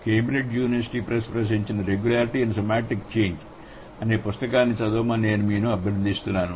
Cambridge University Press ప్రచురించింన regularity in semantic change అనే ఈ పుస్తకాన్ని చదవమని నేను మిమ్మల్ని అభ్యర్థిస్తున్నాను